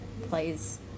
plays